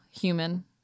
human